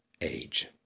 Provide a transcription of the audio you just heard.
age